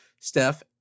Steph